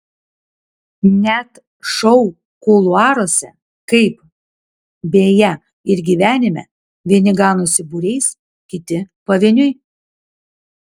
net šou kuluaruose kaip beje ir gyvenime vieni ganosi būriais kiti pavieniui